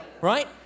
right